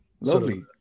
Lovely